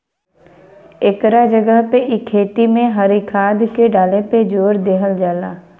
एकरा जगह पे इ खेती में हरी खाद के डाले पे जोर देहल जाला